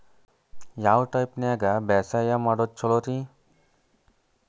ಯಾವ ಟೈಪ್ ನ್ಯಾಗ ಬ್ಯಾಸಾಯಾ ಮಾಡೊದ್ ಛಲೋರಿ?